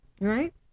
Right